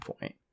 point